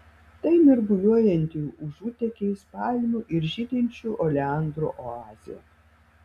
tai mirguliuojanti užutėkiais palmių ir žydinčių oleandrų oazė